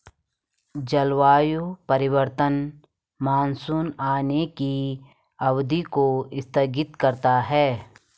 जलवायु परिवर्तन मानसून आने की अवधि को स्थगित करता है